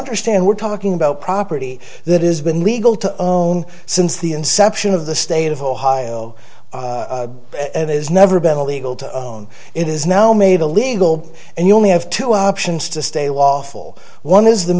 understand we're talking about property that is been legal to own since the inception of the state of ohio has never been illegal to own it is now made illegal and you only have two options to stay woful one is the